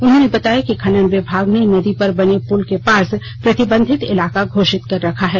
उन्होंने बताया कि खनन विभाग ने नदी पर बने पुल के पास प्रतिबंधित इलाका घोषित कर रखा है